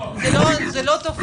זה לא תופס.